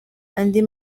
andi